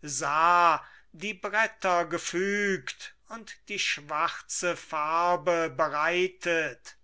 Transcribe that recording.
sah die bretter gefügt und die schwarze farbe bereitet